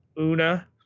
Una